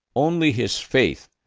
only his faith,